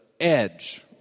edge